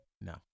No